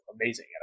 amazing